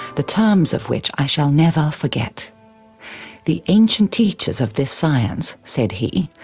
the terms of which i shall never forget the ancient teachers of this science said he,